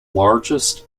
largest